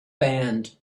band